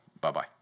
Bye-bye